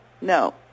no